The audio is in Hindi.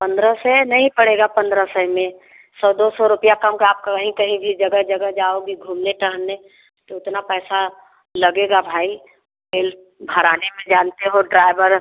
पन्द्रह से नहीं पड़ेगा पन्द्रह सौ में सौ दो सौ रुपया कम का आप कहीं कहीं भी जगह जगह जाओगे घूमने टहलने तो उतना पैसा लगेगा भाई तेल भराने में जानते हो ड्रायवर